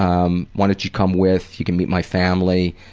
um why don't you come with? you can meet my family,